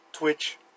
Twitch